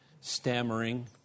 stammering